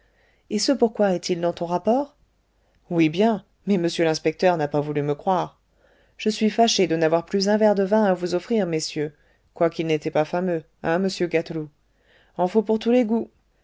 et ce pourquoi est-il dans ton rapport oui bien mais m l'inspecteur n'a pas voulu me croire je suis fâché de n'avoir plus un verre de vin à vous offrir messieurs quoiqu'il n'était pas fameux hein monsieur gâteloup en faut pour tous les goûts